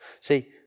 See